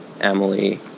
Emily